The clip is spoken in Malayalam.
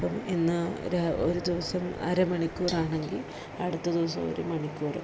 ഇപ്പം ഇന്ന് ഒരു ദിവസം അരമണിക്കൂറാണെങ്കില് അടുത്ത ദിവസം ഒരു മണിക്കൂര്